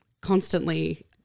constantly